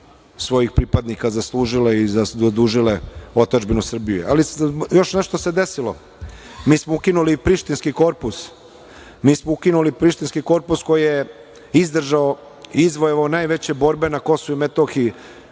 svojih pripadnika zaslužile i zadužile otadžbinu Srbiju. Još nešto se desilo. Mi smo ukinuli Prištinski korpus. Mi smo ukinuli Prištinski korpus koji je izdržao i izvojevao najveće borbe na Kosovu i Metohiji,